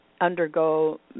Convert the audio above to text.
undergo